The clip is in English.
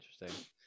interesting